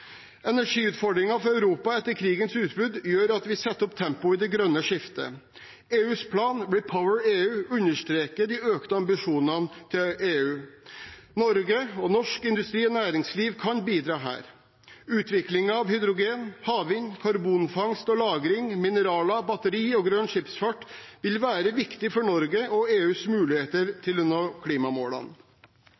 for Europa etter krigens utbrudd gjør at vi setter opp tempoet i det grønne skiftet. EUs plan, REPowerEU, understreker de økte ambisjonene til EU. Norge, norsk industri og næringsliv, kan bidra her. Utviklingen av hydrogen, havvind, karbonfangst og -lagring, mineraler, batterier og grønn skipsfart vil være viktig for Norge og EUs muligheter